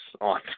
on